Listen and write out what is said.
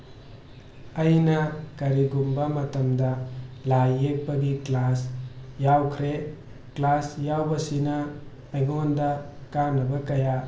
ꯑꯩꯅ ꯀꯔꯤꯒꯨꯝꯕ ꯃꯇꯝꯗ ꯂꯥꯏ ꯌꯦꯛꯄꯒꯤ ꯀ꯭ꯂꯥꯁ ꯌꯥꯎꯈ꯭ꯔꯦ ꯀ꯭ꯂꯥꯁ ꯌꯥꯎꯕꯁꯤꯅ ꯑꯩꯉꯣꯟꯗ ꯀꯥꯟꯅꯕ ꯀꯌꯥ